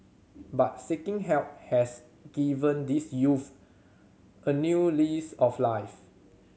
but seeking help has given these youths a new lease of life